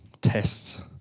tests